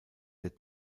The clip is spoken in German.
der